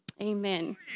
Amen